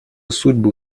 судьбы